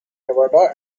nevada